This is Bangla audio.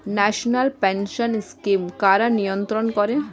ন্যাশনাল পেনশন স্কিম কারা নিয়ন্ত্রণ করে?